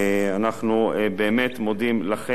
אנחנו באמת מודים לכם.